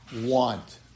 Want